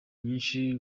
nyinshi